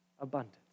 abundance